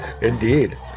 Indeed